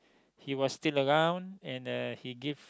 he was still around and uh he give